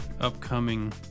upcoming